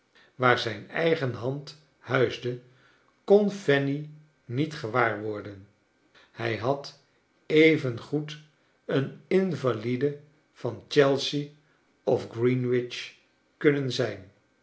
waar zijn eigen hand huisde kon fanny niet gewaar worden hij had even goed een invalide van chelsea of greenwich kunnen zijn